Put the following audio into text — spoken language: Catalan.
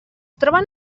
troben